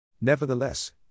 Nevertheless